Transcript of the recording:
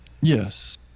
yes